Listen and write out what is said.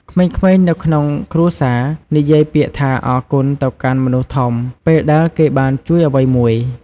ក្មេងៗនៅក្នុងគ្រួសារនិយាយពាក្យថាអរគុណទៅកាន់មនុស្សធំ ពេលដែលគេបានជួយអ្វីមួយ។